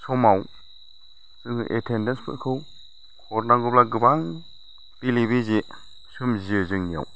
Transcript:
समाव जोङो एटेन्देन्सफोरखौ हरनांगौब्ला गोबां बेले बेजे सोमजियो जोंनियाव